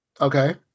Okay